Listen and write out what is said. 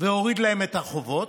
והוריד להם את החובות.